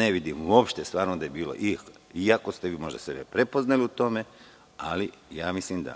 Ne vidimo uopšte da je stvarno bilo, iako ste vi sebe prepoznali u tome, ali mislim da